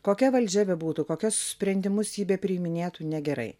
kokia valdžia bebūtų kokius sprendimus ji bepriiminėtų negerai